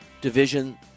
division